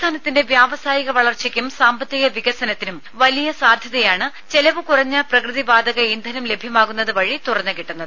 സംസ്ഥാനത്തിന്റെ വ്യാവസായിക വളർച്ചക്കും സാമ്പത്തിക വികസനത്തിനും വലിയ സാധ്യതയാണ് ചെലവ് കുറഞ്ഞ പ്രകൃതിവാതക ഇന്ധനം ലഭ്യമാകുന്നത് വഴി തുറന്നുകിട്ടുന്നത്